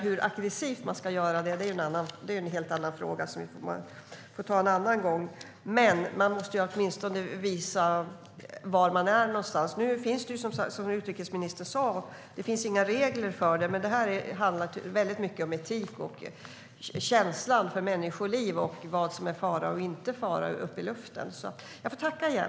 Hur aggressivt man ska göra det är en helt annan fråga som vi får ta upp en annan gång. Men man måste åtminstone visa var man är någonstans. Som utrikesministern sa finns det inga regler för det, men det handlar mycket om etik, om känslan för människoliv och vad som är fara och inte fara uppe i luften. Jag får tacka igen.